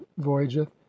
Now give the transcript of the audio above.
voyageth